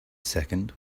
second